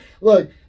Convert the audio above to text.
Look